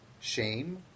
shame